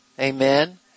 Amen